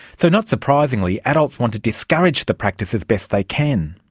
so not surprisingly adults want to discourage the practice as best they can,